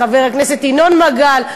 לחבר הכנסת ינון מגל.